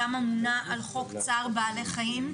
גם אמונה על חוק צער בעלי חיים.